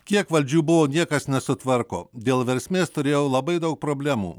kiek valdžių buvo niekas nesutvarko dėl versmės turėjau labai daug problemų